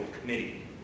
Committee